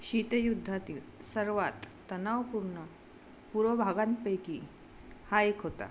शीतयुद्धातील सर्वांत तणावपूर्ण पुरोभागांपैकी हा एक होता